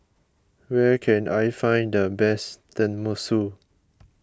where can I find the best Tenmusu